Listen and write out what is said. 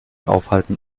aufhalten